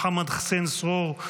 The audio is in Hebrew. מוחמד חוסיין סרור,